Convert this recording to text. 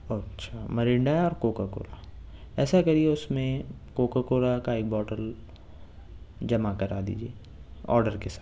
اچھا مرنڈا ہے اور کوکا کولا ایسا کریے اس میں کوکا کولا کا ایک باٹل جمع کرا دیجیے آڈر کے ساتھ ہی